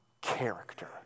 character